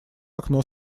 окно